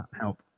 help